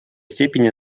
степени